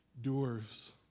doers